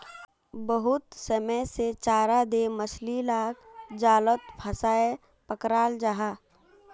बहुत समय से चारा दें मछली लाक जालोत फसायें पक्राल जाहा